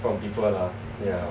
from people lah ya